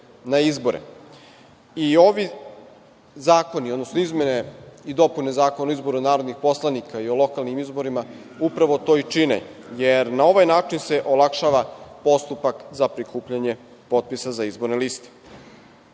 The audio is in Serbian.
Ovi zakoni, odnosno izmene i dopune Zakona o izboru narodnih poslanika i o lokalnim izborima upravo to i čine, jer na ovaj način se olakšava postupak za prikupljanje potpisa za izborne